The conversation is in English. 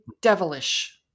devilish